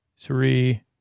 three